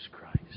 Christ